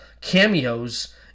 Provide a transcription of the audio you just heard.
cameos